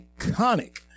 iconic